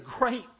great